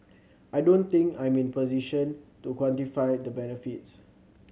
I don't think I'm in position to quantify the benefits